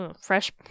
fresh